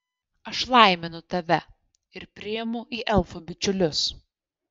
aš laiminu tave ir priimu į elfų bičiulius